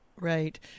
Right